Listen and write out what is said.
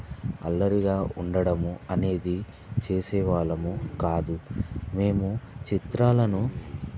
అల్లరిగా ఉండడము అనేది చేసేవాళ్ళము కాదు మేము చిత్రాలను